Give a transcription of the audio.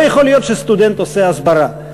לא יכול להיות שסטודנט עושה הסברה,